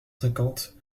cinquante